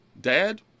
dad